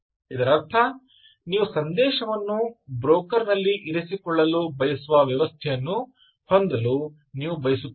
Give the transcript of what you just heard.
ಇದರರ್ಥ ನೀವು ಸಂದೇಶವನ್ನು ಬ್ರೋಕರ್ ನಲ್ಲಿ ಇರಿಸಿಕೊಳ್ಳಲು ಬಯಸುವ ವ್ಯವಸ್ಥೆಯನ್ನು ಹೊಂದಲು ನೀವು ಬಯಸುತ್ತೀರಿ